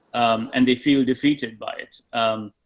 and they feel defeated by it. um,